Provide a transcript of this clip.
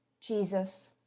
Jesus